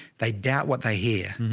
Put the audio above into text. they doubt what they hear.